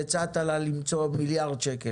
שהצעת לה למצוא מיליארד שקל.